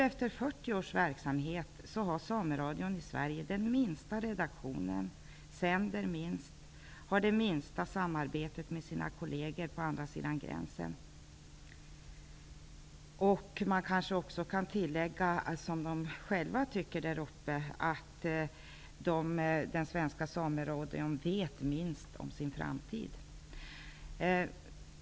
Efter 40 års verksamhet har Sameradion i Sverige den minsta redaktionen, man sänder minst och man har det minsta samarbetet med sina kollegor på andra sidan gränsen. Man kanske också kan tillägga, som de själva tycker där uppe, att den svenska Sameradion vet minst om sin framtid.